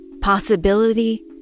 possibility